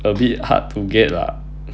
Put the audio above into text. a bit hard to get lah